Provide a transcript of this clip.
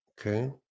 Okay